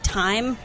time